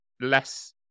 less